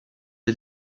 des